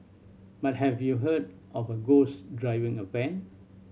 but have you heard of a ghost driving a van